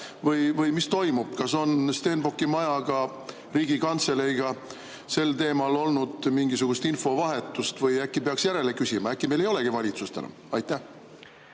Mis toimub? Kas on Stenbocki majaga, Riigikantseleiga sel teemal olnud mingisugust infovahetust? Või äkki peaks järele küsima, äkki meil ei olegi enam valitsust? Ma